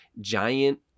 giant